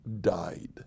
died